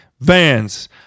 vans